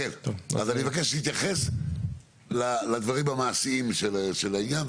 אני מבקש שתתייחס לדברים המעשיים של העניין,